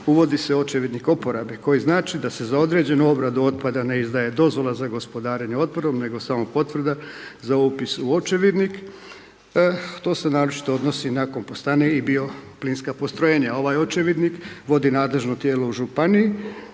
uvodi se Očevidnik uporabe koji znači da se za određenu obradu otpada ne izdaje dozvola za gospodarenje otpadom, nego samo potvrda za upis u Očevidnik. To se naročito odnosi na kompostane i bio plinska postrojenja. Ovaj Očevidnik vodi nadležno tijelo u županiji,